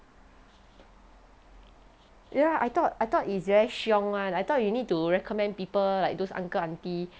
ya I thought I thought it's very 凶 [one] I thought you need to recommend people like those uncle aunty